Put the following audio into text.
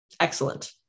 excellent